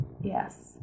Yes